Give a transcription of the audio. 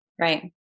Right